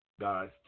Guys